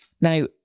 Now